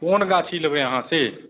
कोन गाछी लेबै अहाँ से